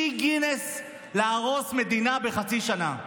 שיא גינס להרוס מדינה בחצי שנה.